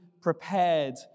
prepared